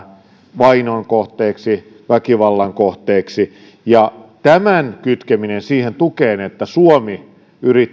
vainon kohteeksi väkivallan kohteeksi tämän kytkeminen siihen tukeen että suomi